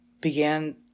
began